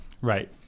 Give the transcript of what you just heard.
Right